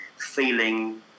feeling